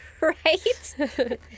Right